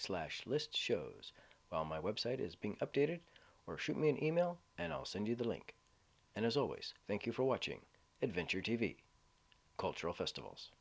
slash list shows while my website is being updated or shoot me an email and i'll send you the link and as always thank you for watching adventure t v cultural festivals